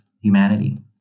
humanity